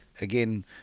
Again